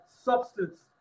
substance